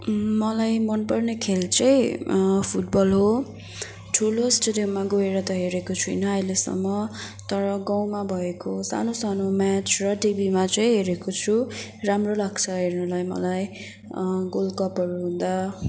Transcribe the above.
मलाई मनपर्ने खेल चाहिँ फुटबल हो ठुलो स्टेडियममा गएर त हेरेको छुइनँ अहिलेसम्म तर गाउँमा भएको सानो सानो म्याच र टिभीमा चाहिँ हेरेको छु राम्रो लाग्छ हेर्नुलाई मलाई गोल्डकपहरू हुँदा